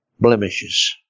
blemishes